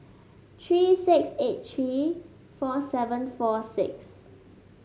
three six eight three four seven four six